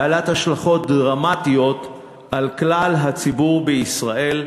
בעלת השלכות דרמטיות על כלל הציבור בישראל,